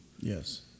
Yes